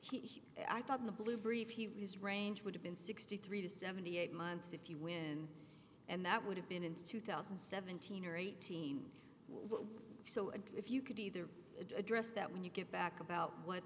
he i thought in the blue brief he's range would have been sixty three to seventy eight months if you win and that would have been in two thousand and seventeen or eighteen so and if you could either address that when you get back about what